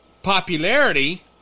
popularity